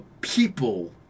people